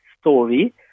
story